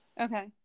Okay